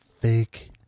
Fake